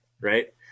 right